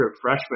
freshman